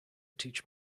teach